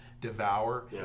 devour